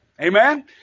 Amen